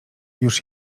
już